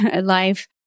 life